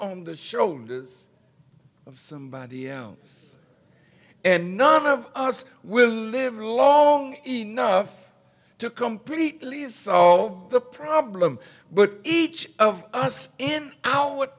on the shoulders of somebody else and none of us will live long enough to completely is so the problem but each of us in our